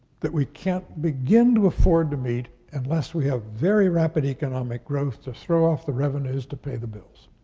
that we can't begin to afford to meet unless we have very rapid economic growth to throw off the revenues to pay the bills.